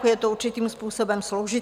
Je to určitým způsobem složité.